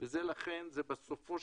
פוספטים,